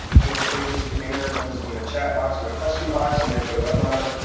feel free to enter those in the chat box or the question box on your gotowebinar